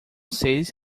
seis